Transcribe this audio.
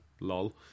lol